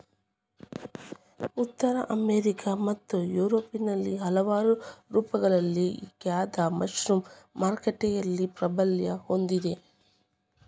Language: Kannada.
ಉತ್ತರ ಅಮೆರಿಕಾ ಮತ್ತು ಯುರೋಪ್ನಲ್ಲಿ ಹಲವಾರು ರೂಪಗಳಲ್ಲಿ ಖಾದ್ಯ ಮಶ್ರೂಮ್ ಮಾರುಕಟ್ಟೆಯಲ್ಲಿ ಪ್ರಾಬಲ್ಯ ಹೊಂದಿದೆ